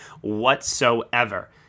whatsoever